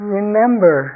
remember